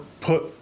put